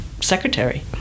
secretary